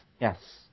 Yes